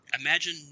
Imagine